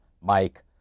Mike